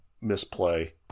misplay